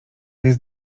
jest